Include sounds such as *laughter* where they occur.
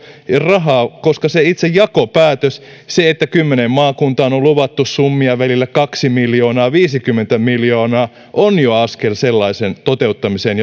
rahaa koska itse se jakopäätös se että kymmeneen maakuntaan on on luvattu summia välillä kaksi miljoonaa viisikymmentä miljoonaa on jo askel sellaisen toteuttamiseen *unintelligible*